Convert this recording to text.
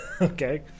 Okay